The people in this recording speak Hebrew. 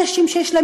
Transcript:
אנשים שיש להם,